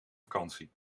vakantie